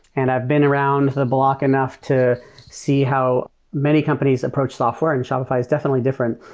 and i have been around the block enough to see how many companies approach software, and shopify is definitely different.